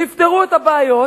תפתרו את הבעיות,